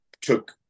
took